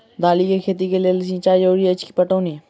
दालि केँ खेती केँ लेल सिंचाई जरूरी अछि पटौनी?